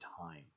time